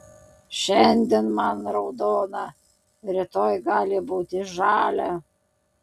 šiandien man raudona rytoj gali būti žalia